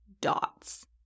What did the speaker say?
dots